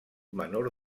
menor